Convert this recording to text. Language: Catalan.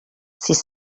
sis